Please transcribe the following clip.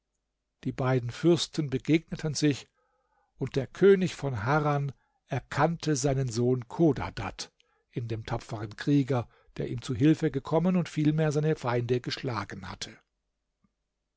die beiden fürsten begegneten sich und der könig von harran erkannte seinen sohn chodadad in dem tapfern krieger der ihm zu hilfe gekommen oder vielmehr seine feinde geschlagen hatte